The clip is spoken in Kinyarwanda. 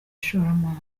ishoramari